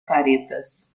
caretas